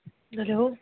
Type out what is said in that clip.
hello